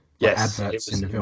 yes